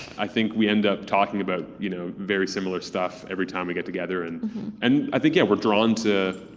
i think we end up talking about you know very similar stuff every time we get together. and and i think, yeah, we're drawn to